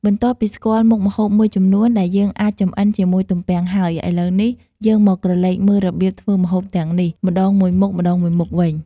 បន្ទាប់ពីស្គាល់មុខម្ហូបមួយចំនួនដែលយើងអាចចម្អិនជាមួយទំពាំងហើយ ឥឡូវនេះ យើងមកក្រឡេកមើលរបៀបធ្វើម្ហូបទាំងនេះ ម្ដងមួយមុខៗវិញ។